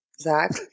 Zach